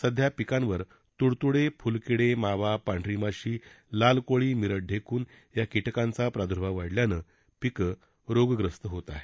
सध्या पिकांवर तुडतुडे फुलकीडे मावा पांढरी माशी लाल कोळी मिरड ढेकुण या किटकांचा प्रादुर्भाव वाढल्यानं पीकं रोग्रस्त होत आहेत